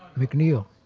mcneil,